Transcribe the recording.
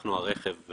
אנחנו הרכב,